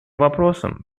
вопросам